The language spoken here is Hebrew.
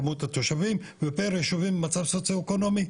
כמות התושבים ופייר לישובים במצב סוציואקונומי,